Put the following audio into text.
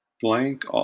Blank